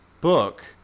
book